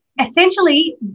essentially